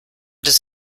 does